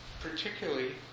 particularly